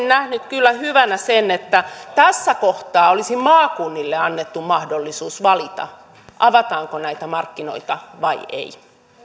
nähnyt kyllä hyvänä sen että tässä kohtaa olisi maakunnille annettu mahdollisuus valita avataanko näitä markkinoita vai ei